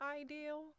ideal